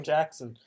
Jackson